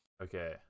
Okay